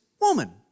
Woman